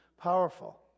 Powerful